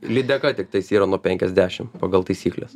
lydeka tiktais yra nuo penkiasdešim pagal taisykles